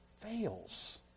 fails